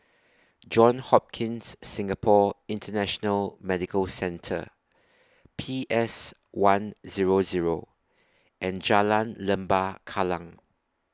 Johns Hopkins Singapore International Medical Centre P S one Zero Zero and Jalan Lembah Kallang